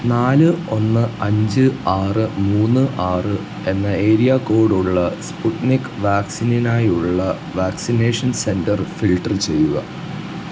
നാല് ഒന്ന് അഞ്ച് ആറ് മൂന്ന് ആറ് എന്ന ഏരിയ കോഡ് ഉള്ള സ്പുട്നിക് വാക്സിനിനായുള്ള വാക്സിനേഷൻ സെൻറ്റർ ഫിൽട്ടർ ചെയ്യുക